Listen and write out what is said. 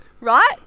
Right